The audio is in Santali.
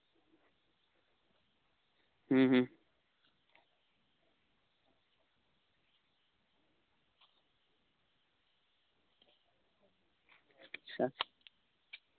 ᱦᱩᱸ ᱦᱩᱸ ᱟᱪᱪᱷᱟ